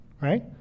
right